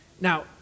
Now